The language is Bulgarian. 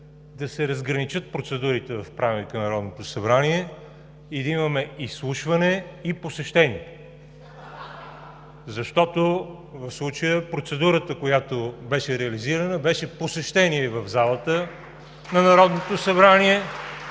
да се разграничат процедурите в Правилника на Народното събрание и да имаме „изслушване“ и „посещение“. (Смях от „БСП за България“.) В случая процедурата, която беше реализирана, беше „посещение“ в залата на Народното събрание